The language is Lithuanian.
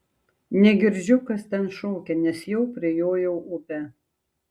negirdžiu kas ten šaukia nes jau prijojau upę